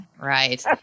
right